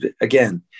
again